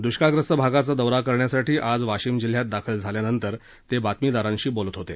दुष्काळग्रस्त भागाचा दौरा करण्यासाठी आज वाशीम जिल्ह्यात दाखल झाल्यानंतर ते बातमीदारांशी बोलत होते